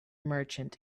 merchant